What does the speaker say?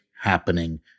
happening